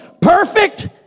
perfect